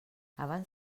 abans